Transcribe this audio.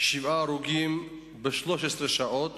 שבעה הרוגים ב-13 שעות.